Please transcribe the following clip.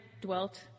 dwelt